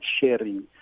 sharing